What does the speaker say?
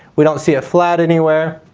we don't see a flat anywhere.